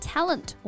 Talent